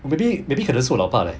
maybe maybe 可能是我老爸 leh